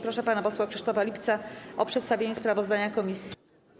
Proszę pana posła Krzysztofa Lipca o przedstawienie sprawozdania komisji.